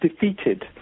defeated